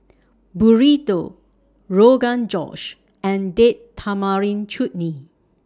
Burrito Rogan Josh and Date Tamarind Chutney